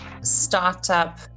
startup